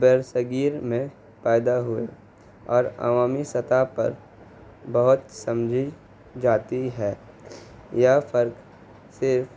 بر صغیر میں پیدا ہوئے اور عوامی سطح پر بہت سمجھی جاتی ہے یہ فرق صرف